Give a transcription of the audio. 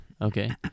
Okay